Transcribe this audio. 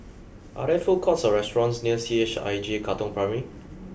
are there food courts or restaurants near C H I J Katong Primary